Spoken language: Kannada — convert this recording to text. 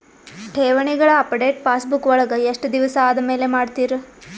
ಠೇವಣಿಗಳ ಅಪಡೆಟ ಪಾಸ್ಬುಕ್ ವಳಗ ಎಷ್ಟ ದಿವಸ ಆದಮೇಲೆ ಮಾಡ್ತಿರ್?